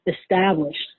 established